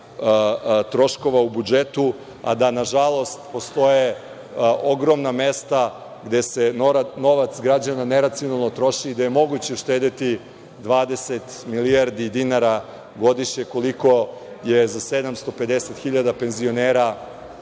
troškova u budžetu, a da nažalost postoje ogromna mesta gde se novac građana neracionalno troši i gde je moguće uštedeti 20 milijardi dinara godišnje, koliko je za 750.000 penzionera